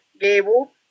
Gable